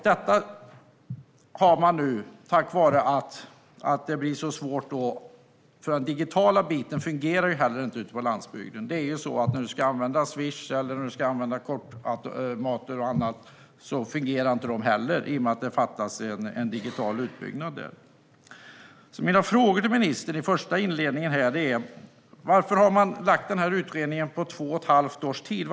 Detta blir svårt eftersom det digitala inte heller fungerar ute på landsbygden. Det fungerar inte att använda Swish eller kortautomater i och med att det fattas en digital utbyggnad. Mina inledande fyra frågor till ministern är: Varför har man gett denna utredning två och ett halvt år på sig?